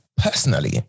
Personally